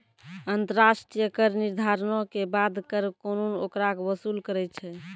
अन्तर्राष्ट्रिय कर निर्धारणो के बाद कर कानून ओकरा वसूल करै छै